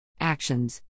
Actions